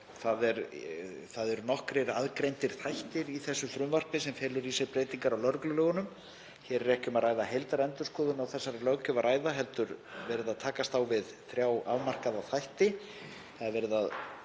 það eru nokkrir aðgreindir þættir í þessu frumvarpi sem felur í sér breytingar á lögreglulögunum. Hér er ekki um að ræða heildarendurskoðun á þessari löggjöf heldur er verið að takast á við þrjá afmarkaða þætti.